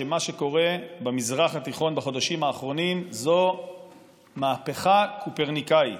שמה שקורה במזרח התיכון בחודשים האחרונים זו מהפכה קופרניקאית,